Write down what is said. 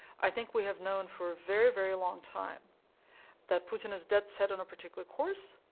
i think we have known for a very, very long time that putin is dead set on a particular course,